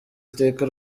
iteka